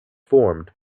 formed